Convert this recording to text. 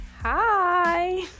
Hi